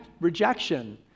rejection